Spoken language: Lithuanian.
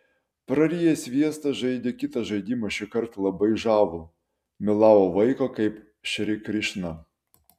prariję sviestą žaidė kitą žaidimą šįkart labai žavų mylavo vaiką kaip šri krišną